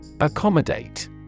Accommodate